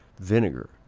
vinegar